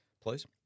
please